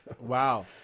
Wow